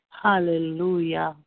hallelujah